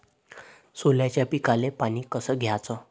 सोल्याच्या पिकाले पानी कस द्याचं?